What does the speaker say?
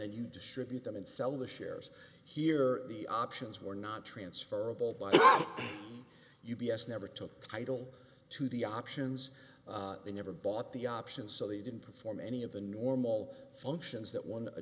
then you distribute them in some the shares here the options were not transferable but u b s never took title to the options they never bought the options so they didn't perform any of the normal functions that one